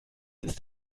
ist